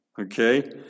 Okay